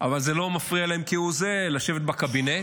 אבל זה לא מפריע להם כהוא זה לשבת בקבינט